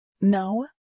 No